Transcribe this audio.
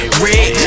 rich